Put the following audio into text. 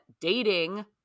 dating